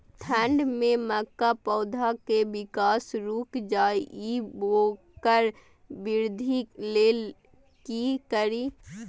ठंढ में मक्का पौधा के विकास रूक जाय इ वोकर वृद्धि लेल कि करी?